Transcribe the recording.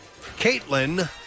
Caitlin